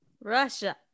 Russia